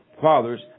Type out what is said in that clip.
fathers